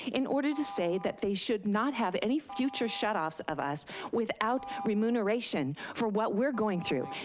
in order to say that they should not have any future shutoffs of us without remuneration for what we're going through.